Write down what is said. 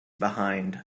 behind